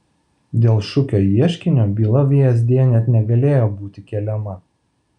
dėl šukio ieškinio byla vsd net negalėjo būti keliama